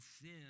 sin